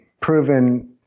proven